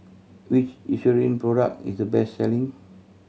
which Eucerin product is the best selling